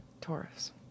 Taurus